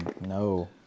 No